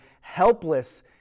helpless